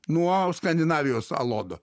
nuo skandinavijos alodo